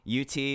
UT